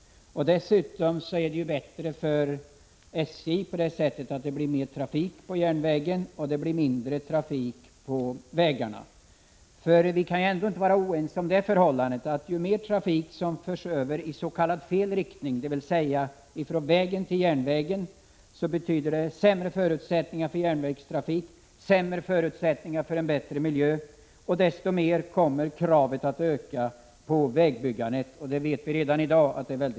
Dessutom är det bättre för SJ på det sättet att det blir mer trafik på järnvägen, och det blir mindre trafik på vägarna. Vi kan väl inte vara oense om det förhållandet att ju mer trafik som förs över i ”fel” riktning, dvs. från järnvägen till landsvägen, vilket betyder sämre förutsättningar för järnvägstrafik och sämre förutsättningar för miljön, desto mer kommer kravet att öka på vägbyggandet — vi vet att det redan i dag är väldigt stort.